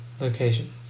locations